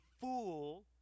fool